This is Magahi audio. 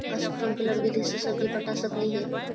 स्प्रिंकल विधि से सब्जी पटा सकली हे?